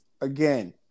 again